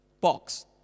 box